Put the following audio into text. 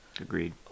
Agreed